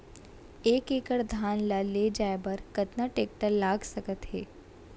एक एकड़ धान ल ले जाये बर कतना टेकटर लाग सकत हे?